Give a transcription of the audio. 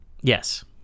yes